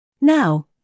Now